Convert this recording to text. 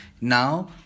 Now